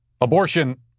Abortion